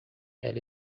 ela